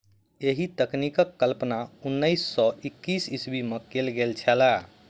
एहि तकनीकक कल्पना उन्नैस सौ एकासी ईस्वीमे कयल गेल छलै